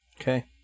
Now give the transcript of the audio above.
Okay